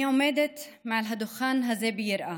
אני עומדת מעל הדוכן הזה ביראה,